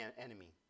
enemy